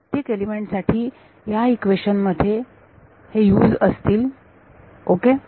प्रत्येक एलिमेंट साठी ह्या इक्वेशन मध्ये हे 's असतील ओके